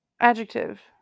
Adjective